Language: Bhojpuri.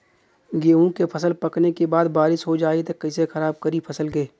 गेहूँ के फसल पकने के बाद बारिश हो जाई त कइसे खराब करी फसल के?